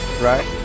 right